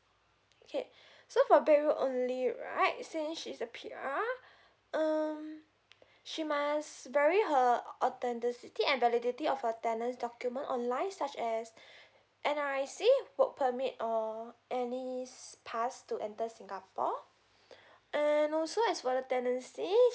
okay so for bedroom only right since she's a P_R um she must vary her authenticity and validity of a tenant document online such as N_R_I_C work permit or any pass to enter singapore and also as for the tenancy